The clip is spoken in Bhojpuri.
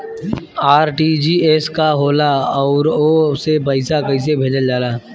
आर.टी.जी.एस का होला आउरओ से पईसा कइसे भेजल जला?